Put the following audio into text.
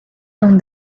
não